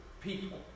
people